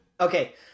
Okay